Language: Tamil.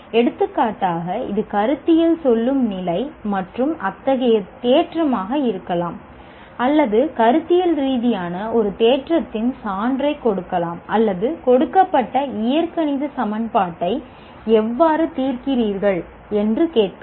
எடுத்துக்காட்டாக இது கருத்தியல் சொல்லும் நிலை மற்றும் அத்தகைய தேற்றமாக இருக்கலாம் அல்லது கருத்தியல் ரீதியான ஒரு தேற்றத்தின் சான்றைக் கொடுக்கலாம் அல்லது கொடுக்கப்பட்ட இயற்கணித சமன்பாட்டை எவ்வாறு தீர்க்கிறீர்கள் என்று கேட்கலாம்